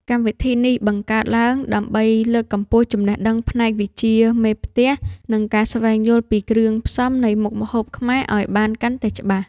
កម្មវិធីនេះបង្កើតឡើងដើម្បីលើកកម្ពស់ចំណេះដឹងផ្នែកវិជ្ជាមេផ្ទះ និងការស្វែងយល់ពីគ្រឿងផ្សំនៃមុខម្ហូបខ្មែរឱ្យបានកាន់តែច្បាស់។